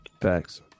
Thanks